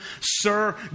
sir